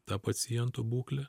tą paciento būklę